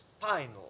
final